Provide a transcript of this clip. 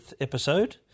episode